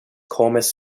comes